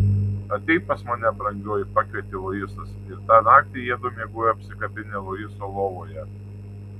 ateik pas mane brangioji pakvietė luisas ir tą naktį jiedu miegojo apsikabinę luiso lovoje